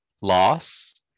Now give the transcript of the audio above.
loss